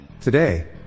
Today